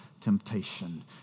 temptation